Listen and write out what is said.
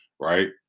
right